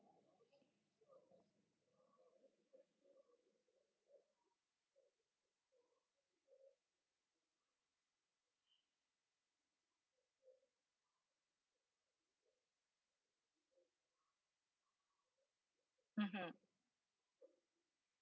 mmhmm